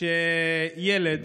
שילד